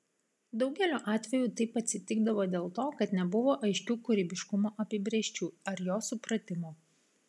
daugeliu atveju taip atsitikdavo dėl to kad nebuvo aiškių kūrybiškumo apibrėžčių ar jo supratimo